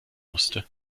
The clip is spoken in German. musste